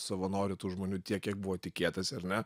savanorių tų žmonių tiek kiek buvo tikėtasi ar ne